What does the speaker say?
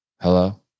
Hello